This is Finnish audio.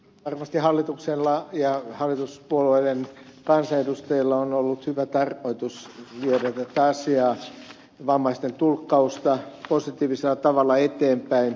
varmasti hallituksella ja hallituspuolueiden kansanedustajilla on ollut hyvä tarkoitus viedä tätä asiaa vammaisten tulkkausta positiivisella tavalla eteenpäin